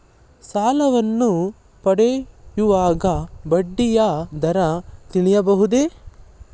ಸಾಲವನ್ನು ಪಡೆಯುವಾಗ ಬಡ್ಡಿಯ ದರ ತಿಳಿಸಬಹುದೇ?